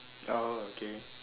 oh okay